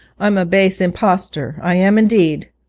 i'm a base impostor. i am indeed.